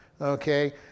Okay